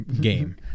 game